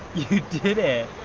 you did it.